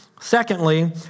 Secondly